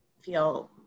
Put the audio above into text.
feel